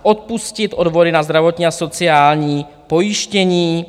Odpustit odvody na zdravotní a sociální pojištění.